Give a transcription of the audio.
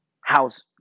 house